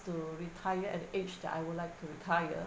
to retire at the age that I would like to retire